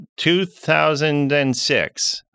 2006